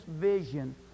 vision